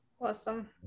Awesome